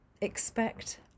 expect